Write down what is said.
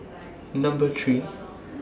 Number three